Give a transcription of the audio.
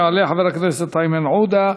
יעלה חבר הכנסת איימן עודה,